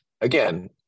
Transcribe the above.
Again